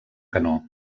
canó